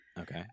Okay